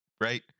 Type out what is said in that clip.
right